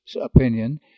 opinion